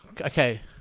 Okay